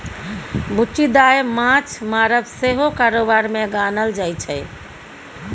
बुच्ची दाय माँछ मारब सेहो कारोबार मे गानल जाइ छै